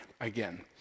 Again